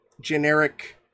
generic